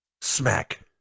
Smack